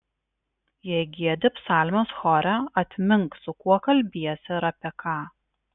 jei giedi psalmes chore atmink su kuo kalbiesi ir apie ką